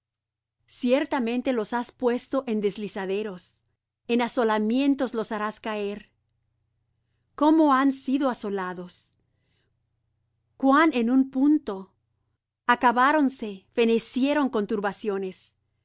ciertamente los has puesto en deslizaderos en asolamientos los harás caer cómo han sido asolados cuán en un punto acabáronse fenecieron con turbaciones